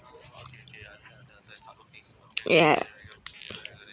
ya